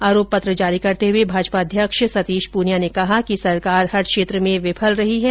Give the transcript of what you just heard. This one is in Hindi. आरोप पत्र जारी करते हुए भाजपा प्रदेश अध्यक्ष सतीश प्रनिया ने कहा कि सरकार हर क्षेत्र में विफल रही है